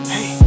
Hey